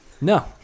No